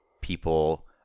people